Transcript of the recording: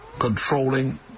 controlling